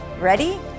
Ready